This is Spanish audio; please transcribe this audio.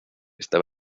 está